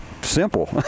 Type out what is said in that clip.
simple